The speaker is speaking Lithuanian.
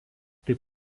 taip